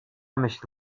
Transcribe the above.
myśl